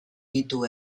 ditu